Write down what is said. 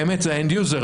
באמת זה משתמש הקצה,